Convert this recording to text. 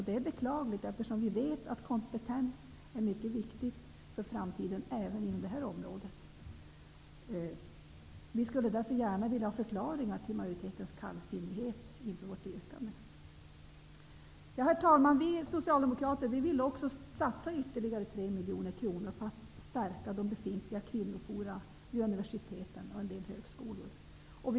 Det är beklagligt, eftersom vi vet att kompetens är mycket viktigt för framtiden, även inom det här området. Vi skulle därför gärna vilja ha förklaringar till majoritetens kallsinnighet inför vårt yrkande. Herr talman! Vi socialdemokrater vill också satsa ytterligare tre miljoner kronor på att stärka befintliga kvinnoforum vid universiteten och en del högskolor.